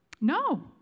No